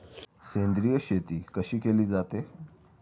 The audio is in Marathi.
सेंद्रिय शेती कशी केली जाते?